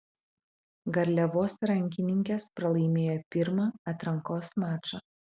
garliavos rankininkės pralaimėjo pirmą atrankos mačą